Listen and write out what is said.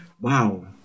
Wow